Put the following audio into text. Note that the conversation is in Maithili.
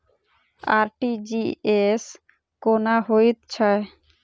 आर.टी.जी.एस कोना होइत छै?